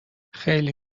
خیلی